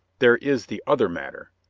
there is the other matter,